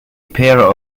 pair